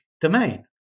domain